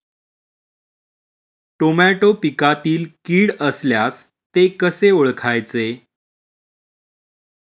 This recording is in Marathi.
टोमॅटो पिकातील कीड असल्यास ते कसे ओळखायचे?